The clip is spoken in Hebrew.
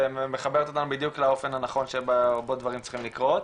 והיא מחברת אותנו בדיוק לאופן הנכון שבו דברים צריכים לקרות.